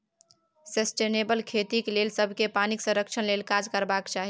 sustainable खेतीक लेल सबकेँ पानिक संरक्षण लेल काज करबाक चाही